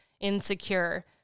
insecure